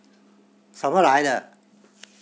什么来的